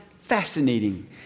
fascinating